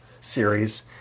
series